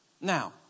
Now